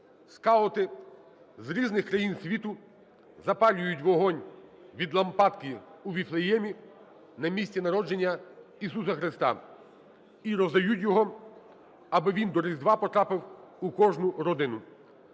скаути з різних країн світу запалюють вогонь від лампадки у Вифлеємі на місці народження Ісуса Христа і роздають його, аби він до Різдва потрапив у кожну родину.